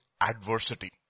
adversity